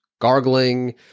gargling